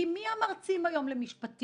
כי מי הם המרצים היום למשפטים?